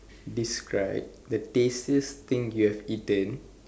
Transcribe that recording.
describe the tastiest thing you have eaten